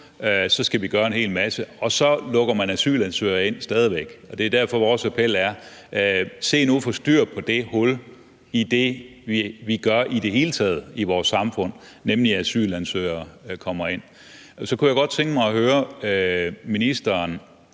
skal gøre en hel masse, og så lukker man stadig væk asylansøgere ind. Det er derfor, at vores appel er: Se nu at få styr på det hul i det, vi gør i det hele taget i vores samfund, nemlig at asylansøgere kommer ind. Så kunne jeg godt tænke mig at høre ministeren